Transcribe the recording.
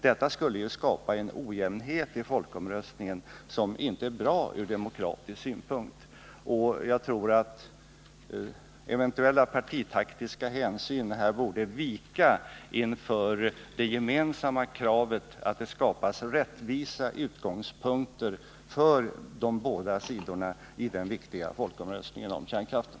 Det skulle ju skapa en ojämnhet i läget inför folkomröstningen som inte är bra ur demokratisk synpunkt. Jag tror att eventuella partitaktiska hänsyn här borde vika inför det gemensamma kravet att det skapas rättvisa utgångspunkter för de båda sidorna i den viktiga folkomröstningen om kärnkraften.